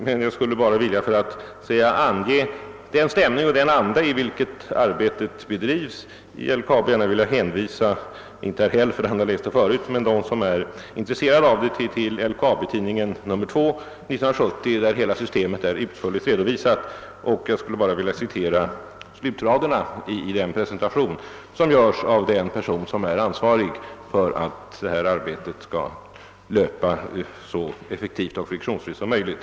Men för att så att säga ange den stämning och anda som arbetet bedrivs i vid LKAB vill jag ändå för dem som är intresserade — inte speciellt för herr Häll, som har läst detta tidigare — citera vad som skrivits i LKAB-tidningen nr 2/1970, där hela sys temet är utförligt redovisat. Jag återger slutraderna i den presentation som där göres av den som är ansvarig för att detta arbete löper så effektivt och friktionsfritt som möjligt.